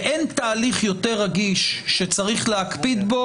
ואין תהליך יותר רגיש שצריך להקפיד בו